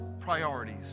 priorities